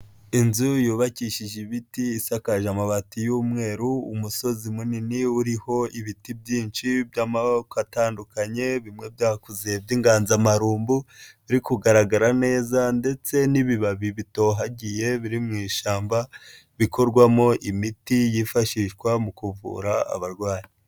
Inzu yubakishije ibiti isakaje amabati y'umweru, umusozi munini uriho ibiti byinshi by'amoko atandukanye bimwe byakuze by'inganzamarumbu, biri kugaragara neza ndetse n'ibibabi bitohagiye biri mu ishyamba, bikorwamo imiti yifashishwa mu kuvura abarwayi.